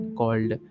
called